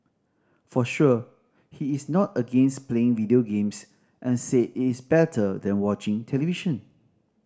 for sure he is not against playing video games and said it is better than watching television